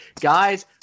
guys